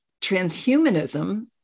transhumanism